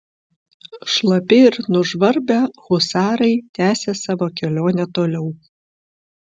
šlapi ir nužvarbę husarai tęsė savo kelionę toliau